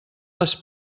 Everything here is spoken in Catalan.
les